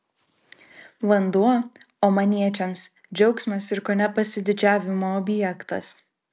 vanduo omaniečiams džiaugsmas ir kone pasididžiavimo objektas